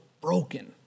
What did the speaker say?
broken